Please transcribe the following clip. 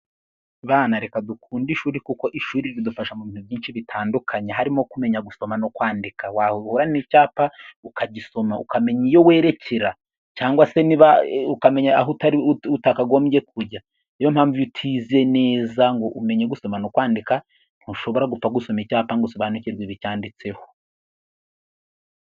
Bana reka dukunde ishuri, kuko ishuri ridufasha mu bintu byinshi bitandukanye, harimo kumenya gusoma no kwandika, wahura n'icyapa ukagisoma, ukamenya iyo werekera cyangwa se niba ukamenya aho utari utakagombye kujya, niyo mpamvu iyo utize neza ngo umenye gusoma no kwandika, ntushobora gupfa gusoma icyapa ngo usobanukirwe ibicyanditseho.